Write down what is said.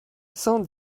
cent